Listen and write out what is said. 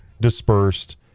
dispersed